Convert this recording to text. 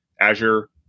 Azure